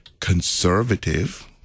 conservative